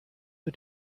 mit